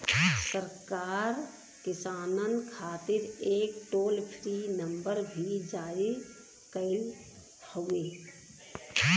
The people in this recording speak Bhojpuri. सरकार किसानन खातिर एक टोल फ्री नंबर भी जारी कईले हउवे